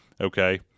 Okay